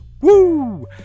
Woo